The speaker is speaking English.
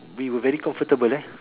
we were very comfortable eh